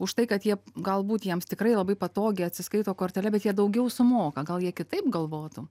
už tai kad jie galbūt jiems tikrai labai patogiai atsiskaito kortele bet jie daugiau sumoka gal jie kitaip galvotų